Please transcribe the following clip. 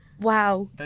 Wow